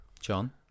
John